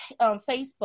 Facebook